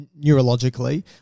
neurologically